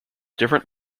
different